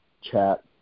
chat